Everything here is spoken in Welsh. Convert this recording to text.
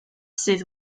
sydd